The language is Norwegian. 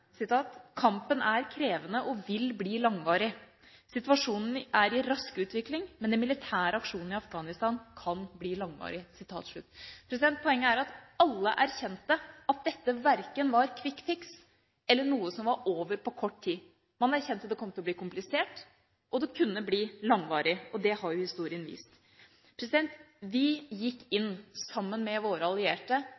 er krevende, og den vil bli langvarig.» Og videre: «Situasjonen er i rask utvikling, men den militære aksjonen i Afghanistan kan bli langvarig.» Poenget er at alle erkjente at dette verken var «quick fix» eller noe som var over på kort tid. Man erkjente at det kom til å bli komplisert, og det kunne bli langvarig. Det har jo historien vist. Vi gikk